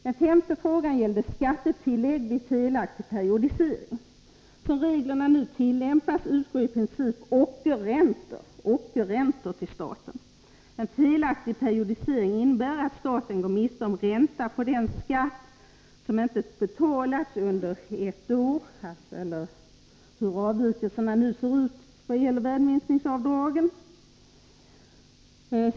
Den femte frågan gällde skattetillägg vid felaktig periodisering. Som reglerna nu tillämpas utgår i princip ockerräntor till staten. En felaktig periodisering innebär att staten går miste om ränta på den skatt som inte betalats — jag tror det gäller ett år — på grund av värdeminskningsavdragen.